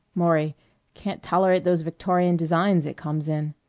maury can't tolerate those victorian designs it comes in.